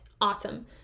awesome